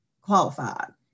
qualified